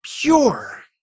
pure